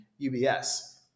UBS